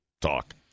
talk